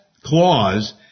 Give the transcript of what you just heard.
clause